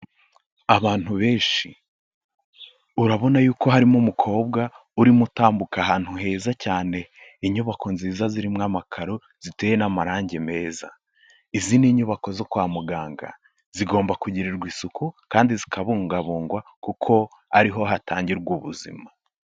Abantu benshi urabona yuko harimo umukobwa urimo utambuka ahantu heza cyane, inyubako nziza zirimo amakaro ziteye n'amarangi meza. Izi ni inyubako zo kwa muganga, zigomba kugirirwa isuku kandi zikabungabungwa kuko ariho hatangirwa ubuzima.